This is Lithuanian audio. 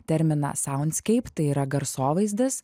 terminą saunskeip tai yra garsovaizdis